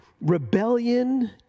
rebellion